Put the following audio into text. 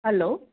hello